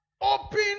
Open